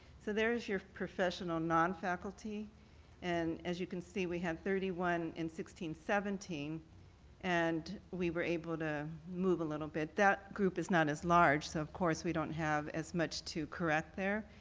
so there is your professional nonfaculty and, as you can see, we have thirty one in sixteen seventeen and we were able to move a little bit. that group is not as large so, of course, we don't have as much to correct there.